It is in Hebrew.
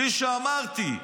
כפי שאמרתי,